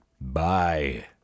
bye